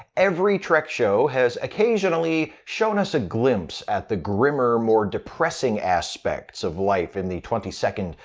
every trek show has occasionally shown us a glimpse at the grimmer, more depressing aspects of life in the twenty second,